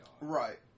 Right